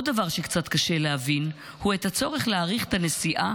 עוד דבר שקצת קשה להבין הוא הצורך להאריך את הנסיעה